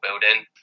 building